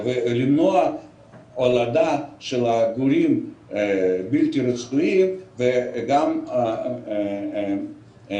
ולמנוע הולדת גורים בלתי רצויים וכך הלאה.